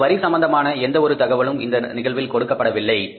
நமக்கு வரி சம்பந்தமான எந்த ஒரு தகவலும் இந்த நிகழ்வில் கொடுக்கப்படவில்லை